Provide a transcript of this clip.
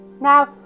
Now